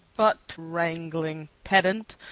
but, wrangling pedant,